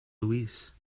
louise